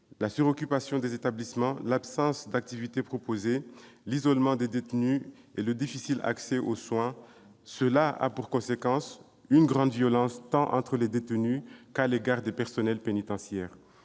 la suroccupation des établissements, l'absence d'activités proposées, l'isolement des détenus et l'accès difficile aux soins ont pour conséquence une grande violence, tant entre détenus qu'à l'égard des personnels pénitentiaires.